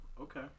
okay